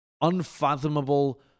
unfathomable